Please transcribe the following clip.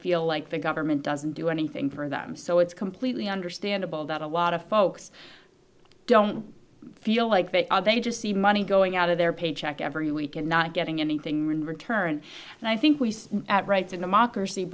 feel like the government doesn't do anything for them so it's completely understandable that a lot of folks i don't feel like they are they just see money going out of their paycheck every week and not getting anything returned and i think we see at rights and democracy